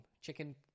chicken